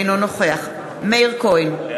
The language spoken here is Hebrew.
אינו נוכח מאיר כהן,